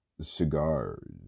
cigars